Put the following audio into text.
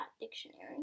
dictionary